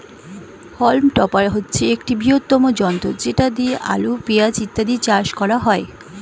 হল্ম topper হচ্ছে একটি বৃহৎ যন্ত্র যেটা দিয়ে আলু, পেঁয়াজ ইত্যাদি চাষ করা হয়